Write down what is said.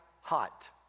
hot